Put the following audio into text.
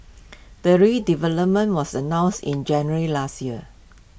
the redevelopment was announced in January last year